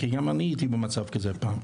כי גם אני הייתי במצב הזה פעם,